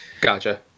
Gotcha